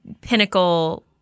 pinnacle